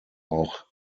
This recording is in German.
auch